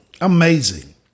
Amazing